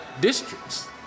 districts